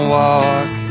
walk